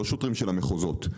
לא שוטרים של המחוזות.